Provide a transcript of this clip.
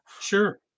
Sure